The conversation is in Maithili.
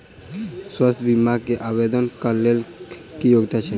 स्वास्थ्य बीमा केँ आवेदन कऽ लेल की योग्यता छै?